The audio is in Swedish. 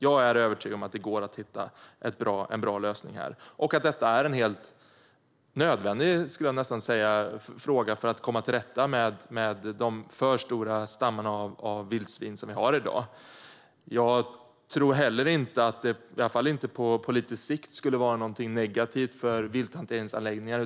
Jag är övertygad om att det går att hitta en bra lösning här och att detta är en helt nödvändig fråga för att komma till rätta med de för stora stammarna av vildsvin som vi har i dag. Jag tror inte att det på lite sikt skulle vara negativt för vilthanteringsanläggningarna.